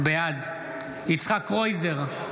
בעד יצחק קרויזר,